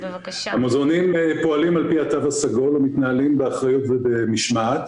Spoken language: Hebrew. המוזיאונים פועלים על פי התו הסגול ומתנהלים באחריות ובמשמעת.